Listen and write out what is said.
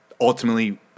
ultimately